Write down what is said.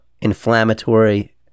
inflammatory